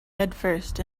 headfirst